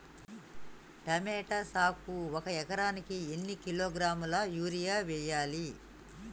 Tomato సాగుకు ఒక ఎకరానికి ఎన్ని కిలోగ్రాముల యూరియా వెయ్యాలి?